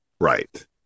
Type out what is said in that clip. Right